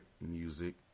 music